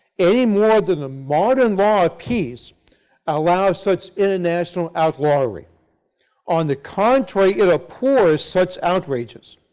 any more than the modern law of peace allows such international outlawry on the contrary, it abhors such outrages.